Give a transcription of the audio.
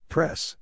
Press